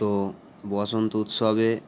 তো বসন্ত উৎসবে